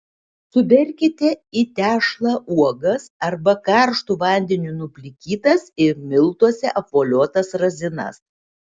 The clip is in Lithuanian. suberkite į tešlą uogas arba karštu vandeniu nuplikytas ir miltuose apvoliotas razinas